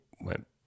went